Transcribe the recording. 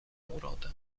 urodę